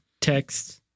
text